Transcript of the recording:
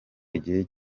igihe